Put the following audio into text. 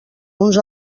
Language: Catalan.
uns